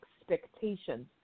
expectations